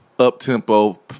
up-tempo